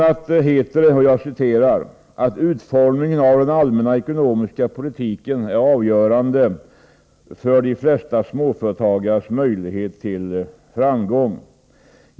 a. heter det: ”Utformningen av den allmänna ekonomiska politiken är avgörande för de flesta småföretags möjligheter till framgång.